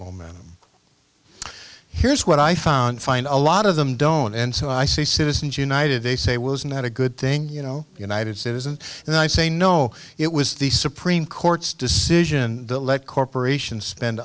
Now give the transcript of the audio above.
momentum here's what i found find a lot of them don't and so i say citizens united they say was not a good thing you know united citizens and i say no it was the supreme court's decision to let corporations